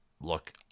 look